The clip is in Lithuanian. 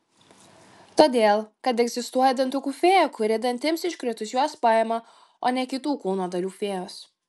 todėl kad egzistuoja dantukų fėja kuri dantims iškritus juos paima o ne kitų kūno dalių fėjos